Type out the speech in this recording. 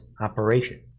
operation